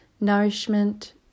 nourishment